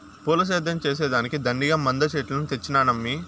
పూల సేద్యం చేసే దానికి దండిగా మందు చెట్లను తెచ్చినానమ్మీ